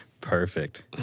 Perfect